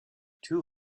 two